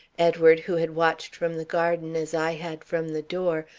edward, who had watched from the garden as i had from the door,